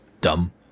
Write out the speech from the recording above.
dumb